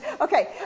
Okay